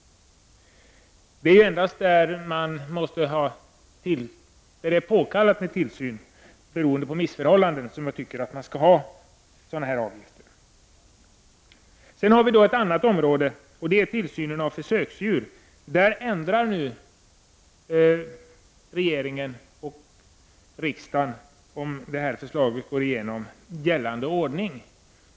Det är endast i de fall då särskild tillsyn är påkallad beroende på missförhållanden som jag tycker att man skall ha sådana här avgifter. En annan fråga som diskuteras i betänkandet är tillsynen av försöksdjur. Regeringen och riksdagen kommer att ändra gällande ordning, om förslaget antas.